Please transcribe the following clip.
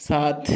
সাত